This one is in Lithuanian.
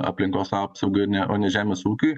aplinkos apsaugai o ne o ne žemės ūkiui